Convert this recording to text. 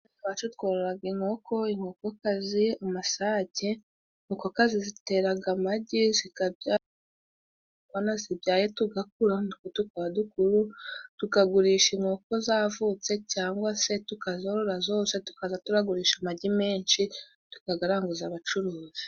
Iwacu twororaga inkoko, inkokokazi, amasake. Inkokokazi ziteraga amagi, zikabya abana, zibyaye tugakura natwo tukaba dukuru, tukagurisha inkoko zavutse, cyangwa se tukazorora zose tukaza turagurisha amagi menshi tukagaranguza abacuruzi.